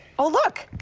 oh, look,